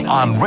on